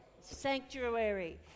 Sanctuary